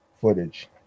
footage